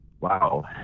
wow